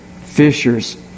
fishers